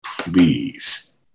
please